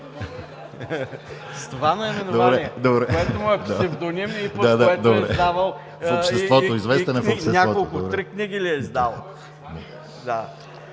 …с това наименование, което му е псевдоним и под което е издавал и няколко книги. Три книги ли е издал?